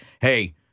hey